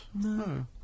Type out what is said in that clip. No